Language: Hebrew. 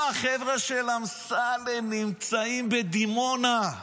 תהיו מוטרדים למה החבר'ה של אמסלם נמצאים בדימונה.